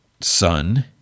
son